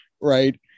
right